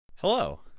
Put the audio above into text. Hello